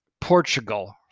Portugal